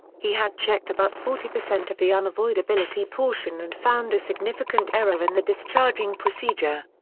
he had checked about forty percent of the unavoidability portion and found a significant error in the discharging procedure.